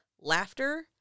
laughter